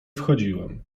wchodziłem